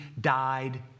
died